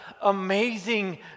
amazing